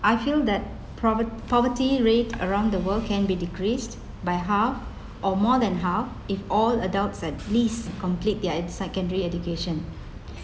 I feel that provert~ poverty rate around the world can be decreased by half or more than half if all adults at least complete their ed~ secondary education